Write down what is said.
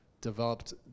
developed